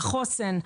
החוסן,